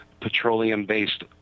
petroleum-based